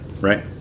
right